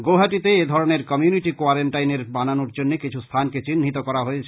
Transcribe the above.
গৌহাটীতেও এধরনের community quarantine বানানোর জন্য কিছু স্থানকে চিহ্নিত করা হয়েছে